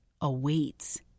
awaits